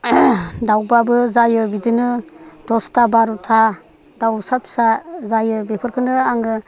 दाउबाबो जायो बिदिनो दसथा बार'था दाउसा फिसा जायो बेफोरखौनो आङो